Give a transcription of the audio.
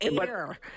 air